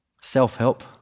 self-help